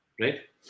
Right